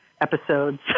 episodes